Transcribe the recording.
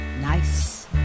Nice